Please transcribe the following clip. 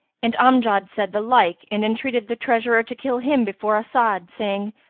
and amjad said the like and entreated the treasurer to kill him before as'ad, saying,